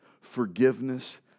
forgiveness